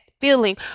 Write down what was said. feeling